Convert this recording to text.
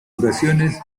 ocasiones